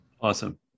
Awesome